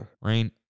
Rain